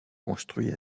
construits